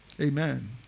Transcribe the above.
amen